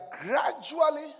gradually